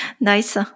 Nice